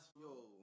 yo